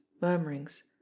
murmurings